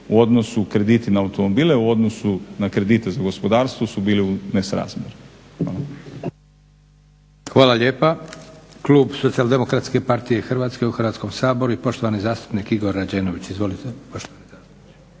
u odnosu krediti na automobile u odnosu na kredite u gospodarstvu su bili u nesrazmjeru.